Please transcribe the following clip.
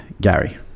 Gary